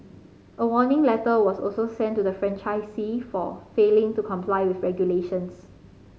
a warning letter was also sent to the franchisee for failing to comply with regulations